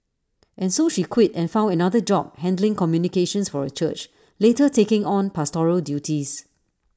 and so she quit and found another job handling communications for A church later taking on pastoral duties